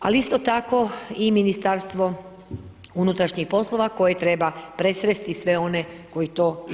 Ali isto tako i Ministarstvo unutrašnjih poslova, koje treba presresti sve oni koji to čine.